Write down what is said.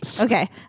Okay